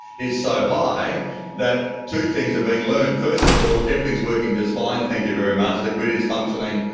is so high that two things are being learned. first of all, everything is working just fine, thank you very much, the grid is functioning,